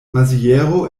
maziero